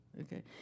Okay